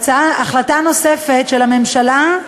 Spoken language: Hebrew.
החלטה נוספת של הממשלה,